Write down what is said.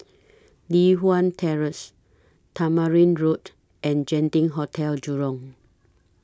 Li Hwan Terrace Tamarind Road and Genting Hotel Jurong